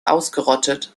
ausgerottet